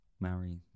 Mary